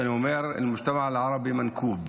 ואני אומר (אומר בערבית ומתרגם):